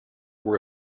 were